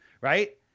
right